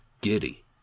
giddy